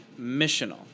missional